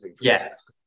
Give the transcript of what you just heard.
Yes